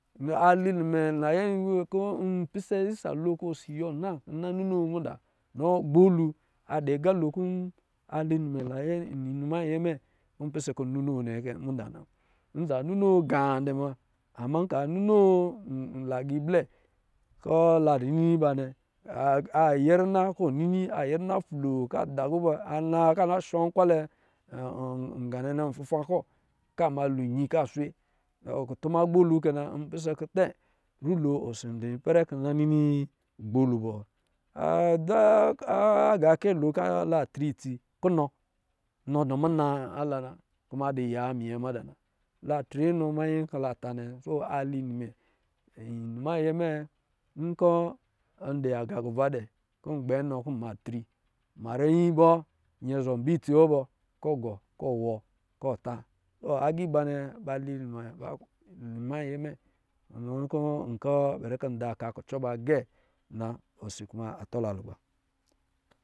A linima nayɛ nyiyɛɛ kɔ́ npisɛ isalo kɔ́ ɔsi yiwɔ nan kɔ̄ nna ninoo muda. Gbolu adɔ agā kɔ̄ ali nimɛ nayɛ, nonuma ayɛ mɛ kɔ̄ pisɛ kɔ̄ ninoo nnɛ kɛ mada na. Nza ninoo gaa dɛ mura ama aka ninoo naga iblɛ kɔ̄ la dɔ̄ nini ba nnɛ anyɛ rina kɔ̄ ɔ̄ nini anyɛ rina floo kɔ̄ a d kuva ana kɔ̄ ana shɔ narvalɛ ɔ ngā ninɛ n tuva vō ka ma lo iyi kɔ a sw kutuma gbolu kɛ na ndɔ̄ pisɛ kit rulo osi adō ipɛrɛ kɔ̄ nna ninoo gbolu bɔ dza agakɛ kɔ̄ la dɔ̄ tri itsi, kunɔ nɔ dɔ muna la na kuma adɔ̄ yamma mada na la trinɔ minyɛ kɔ̄ ta nnɛ wa a li n mɛ, inuma ayɛ mɛ nkɔ̄ naga kwva dɛ kɔ̄ ngbɛ anɔ ka nma tri marɔ nnyi bɔ? Nyɛ zɔ bɛ insi wɔ bɔ kɔ̄ ɔ gɔ wɔ kɔ̄ ta agā iba nnɛ ba li ni mɛ inuma ayɛ mɛ, nɔ kɔ̄ nkɔ̄ bɛri kɔ̄ nda oka kucɔ lo gɛ̄